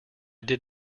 did